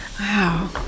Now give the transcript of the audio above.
wow